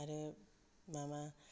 आरो माबा